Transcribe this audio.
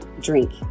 drink